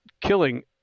killing